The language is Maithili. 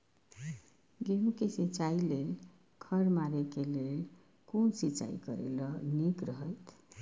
गेहूँ के सिंचाई लेल खर मारे के लेल कोन सिंचाई करे ल नीक रहैत?